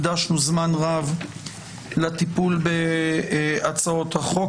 הקדשנו זמן רב לטיפול בהצעת החוק.